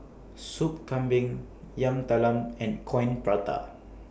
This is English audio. Soup Kambing Yam Talam and Coin Prata